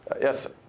Yes